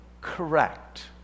correct